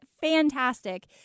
fantastic